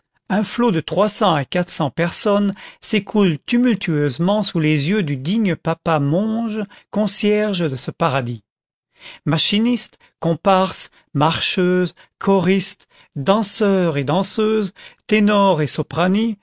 un flot de à personnes s'écoule tumultueusement sous les yeux du digne papa monge concierge de ce paradis machinistes comparses marcheuses choristes danseurs et danseuses ténors et soprani